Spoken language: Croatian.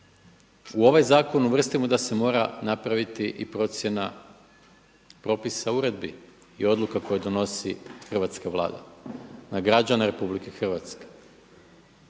u ovaj zakon uvrstimo da se mora napraviti i procjena propisa uredbi i odluka koje donosi hrvatska Vlada na građane RH.